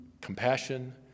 compassion